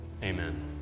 Amen